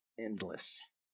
endless